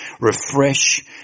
Refresh